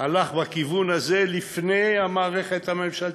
הלך בכיוון הזה גם לפני המערכת הממשלתית.